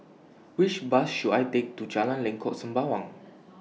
Which Bus should I Take to Jalan Lengkok Sembawang